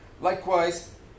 Likewise